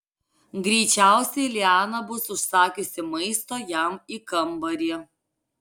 greičiausiai liana bus užsakiusi maisto jam į kambarį